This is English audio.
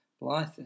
Blythe